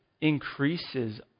increases